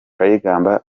kayigamba